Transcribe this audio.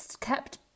kept